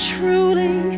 Truly